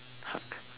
huck